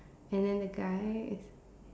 and then the guy is